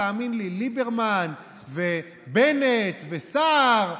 תאמין לי, ליברמן, בנט וסער,